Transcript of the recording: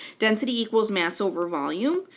density equals mass over volume.